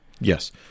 Yes